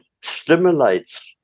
stimulates